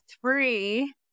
three